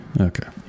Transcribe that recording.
Okay